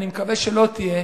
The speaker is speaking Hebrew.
ואני מקווה שלא תהיה,